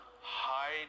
hide